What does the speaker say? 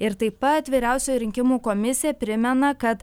ir taip pat vyriausioji rinkimų komisija primena kad